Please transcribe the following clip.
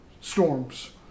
storms